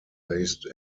based